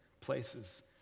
places